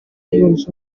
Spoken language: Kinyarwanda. yunze